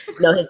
no